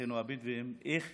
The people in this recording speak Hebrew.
אחינו הבדואים, איך